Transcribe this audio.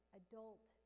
adult